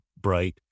bright